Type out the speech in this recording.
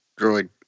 droid